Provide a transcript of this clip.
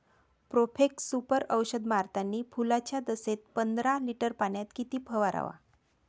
Profex Super औषध मारतानी फुलाच्या दशेत पंदरा लिटर पाण्यात किती फवाराव?